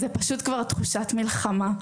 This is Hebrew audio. זה פשוט כבר תחושת מלחמה.